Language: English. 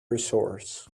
resource